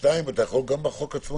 שניים, אתה יכול בחוק עצמו